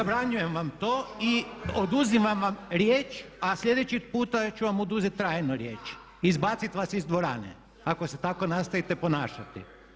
Zabranjujem vam to i oduzimam vam riječ, a sljedeći puta ću vam oduzeti trajno riječ i izbaciti vas iz dvorane ako se tako nastavite ponašati!